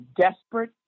desperate